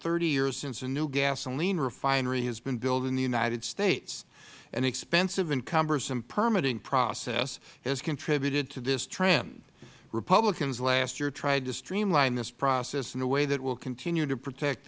thirty years since a new gasoline refinery has been built in the united states an expensive and cumbersome permitting process has contributed to this trend republicans last year tried to streamline this process in a way that will continue to protect